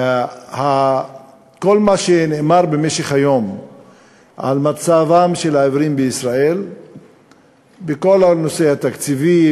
כל מה שנאמר במשך היום על מצבם של העיוורים בישראל בכל הנושא התקציבי,